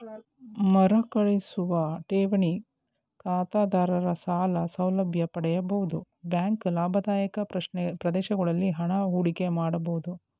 ಮರುಕಳಿಸುವ ಠೇವಣಿ ಖಾತೆದಾರರ ಸಾಲ ಸೌಲಭ್ಯ ಪಡೆಯಬಹುದು ಬ್ಯಾಂಕ್ ಲಾಭದಾಯಕ ಪ್ರದೇಶಗಳಲ್ಲಿ ಹಣ ಹೂಡಿಕೆ ಮಾಡಬಹುದು